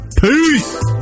Peace